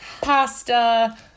pasta